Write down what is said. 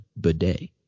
bidet